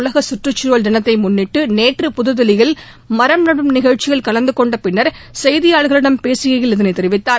உலக சுற்றுச்சூழல் தினத்தை முன்னிட்டு நேற்று புதுதில்லியில் மரம் நடும் நிகழ்ச்சியில் கலந்துகொண்ட பின்னர் செய்தியாளர்களிடம் பேசுகையில் இதனை அவர் தெரிவித்தார்